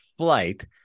flight